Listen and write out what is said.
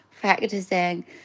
practicing